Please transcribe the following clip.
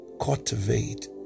cultivate